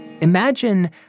Imagine